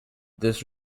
this